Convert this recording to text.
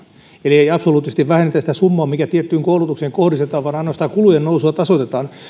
eli ei absoluuttisesti vähennetä sitä summaa mikä tiettyyn koulutukseen kohdistetaan vaan ainoastaan kulujen nousua tasoitetaan